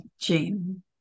Jane